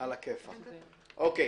אוקיי.